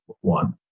one